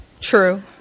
True